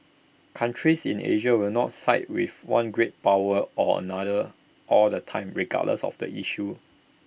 countries in Asia will not side with one great power or another all the time regardless of the issue